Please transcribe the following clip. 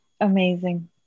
Amazing